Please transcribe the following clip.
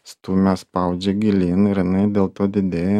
stumia spaudžia gilyn ir jinai dėl to didėja